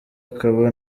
akaba